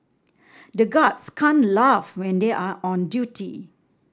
the guards can't laugh when they are on duty